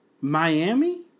Miami